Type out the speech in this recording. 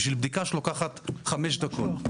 בשביל בדיקה שלוקחת 5 דקות.